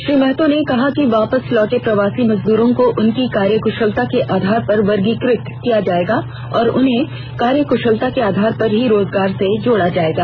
श्री महतो ने कहा कि वापस लौटे प्रवासी मजदूरों को उनकी कार्यक्शलता के आधार पर वर्गीकृत किया जाएगा और उन्हें कार्यक्शलता के आधार पर ही रोजगार से जोड़ा जाएया